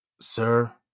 Sir